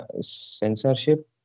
censorship